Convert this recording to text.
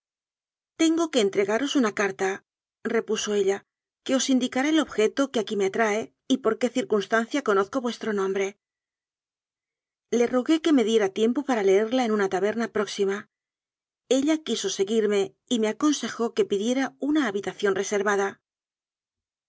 tengo que entre garos una cartarepuso ella que os indicará el objeto que aquí me trae y por qué circuns tancia conozco vuestro nombre le rogué que me diera tiempo para leerla en una taberna próxi ma ella quiso seguirme y me aconsejó que pi diera una habitación reservada